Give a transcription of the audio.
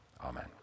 amen